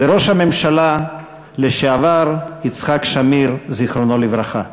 וראש הממשלה לשעבר יצחק שמיר, זיכרונו לברכה.